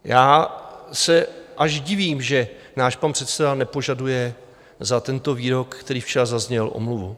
Já se až divím, že náš pan předseda nepožaduje za tento výrok, který včera zazněl, omluvu.